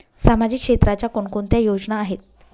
सामाजिक क्षेत्राच्या कोणकोणत्या योजना आहेत?